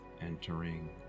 entering